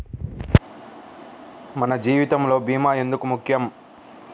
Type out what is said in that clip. మన జీవితములో భీమా ఎందుకు ముఖ్యం?